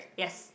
yes